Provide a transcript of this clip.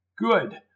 Good